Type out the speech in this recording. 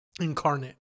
incarnate